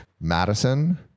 madison